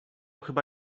chyba